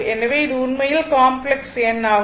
எனவே இது உண்மையில் காம்ப்ளக்ஸ் எண் ஆகும்